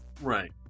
Right